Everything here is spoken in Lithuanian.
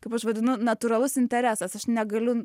kaip aš vadinu natūralus interesas aš negaliu